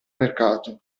mercato